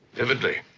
vividly.